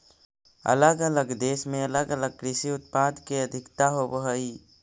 अलग अलग देश में अलग अलग कृषि उत्पाद के अधिकता होवऽ हई